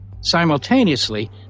simultaneously